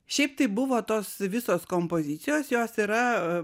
šiaip tai buvo tos visos kompozicijos jos yra